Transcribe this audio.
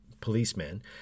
policeman